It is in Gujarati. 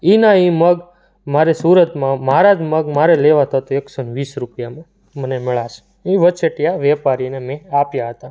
એના એ મગ મારે સુરતમાં મારા જ મગ મારે લેવા હતા તો એકસોને વીસ રૂપિયામાં મને મળ્યા છે એ વચેટિયા વેપારીને મેં આપ્યા હતા